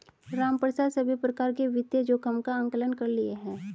रामप्रसाद सभी प्रकार के वित्तीय जोखिम का आंकलन कर लिए है